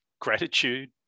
gratitude